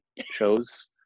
shows